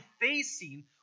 facing